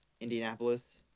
indianapolis